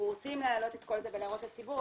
אנחנו רוצים להעלות את כל זה ולהראות לציבור,